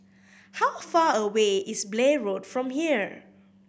how far away is Blair Road from here